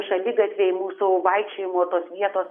šaligatviai mūsų vaikščiojimo tos vietos